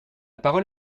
parole